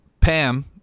Pam